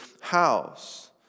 house